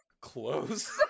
close